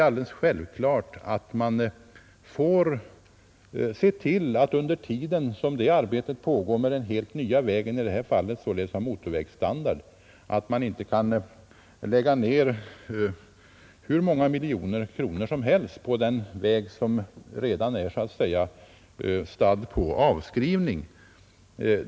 Under den tid arbetet pågår med den nya vägen och ger den motorvägsstandard kan man inte lägga ned hur många miljoner kronor som helst på den gamla vägen, vilken så att säga är stadd på avskrivning.